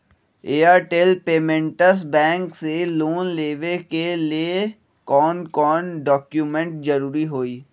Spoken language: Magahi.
एयरटेल पेमेंटस बैंक से लोन लेवे के ले कौन कौन डॉक्यूमेंट जरुरी होइ?